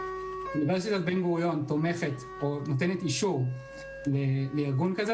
כשאוניברסיטת בן גוריון נותנת אישור לארגון שכזה,